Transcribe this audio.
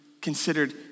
considered